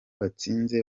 batsinze